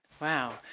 Wow